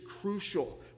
crucial